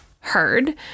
heard